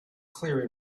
clear